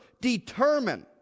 determine